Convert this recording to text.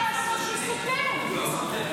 זה לא סותר אחד את השני.